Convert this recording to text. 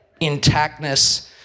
intactness